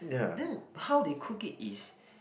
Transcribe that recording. then how they cook it is